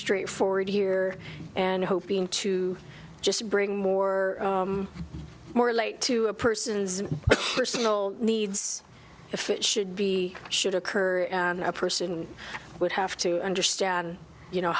straightforward here and hoping to just bring more more light to a person's personal needs if it should be should occur a person would have to understand you know